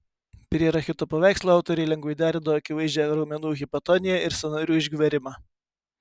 prie rachito paveikslo autoriai lengvai derino akivaizdžią raumenų hipotoniją ir sąnarių išgverimą